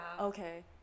Okay